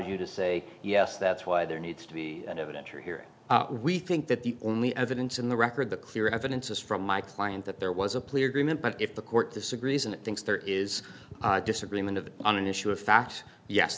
you to say yes that's why there needs to be an evidentiary hearing we think that the only evidence in the record the clear evidence is from my client that there was a plea agreement but if the court disagrees and thinks there is disagreement of an issue of fact yes